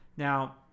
Now